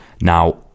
now